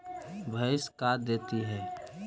भैंस का देती है?